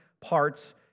parts